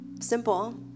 simple